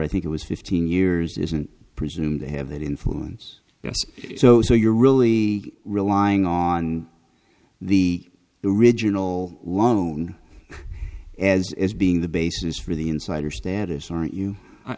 i think it was fifteen years isn't presume they have that influence yes so you're really relying on the original loan as is being the basis for the insider status aren't you